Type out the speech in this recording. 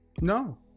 No